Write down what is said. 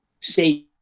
say